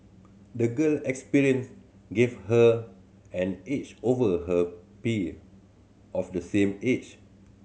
the girl experience gave her an edge over her peer of the same age